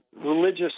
religious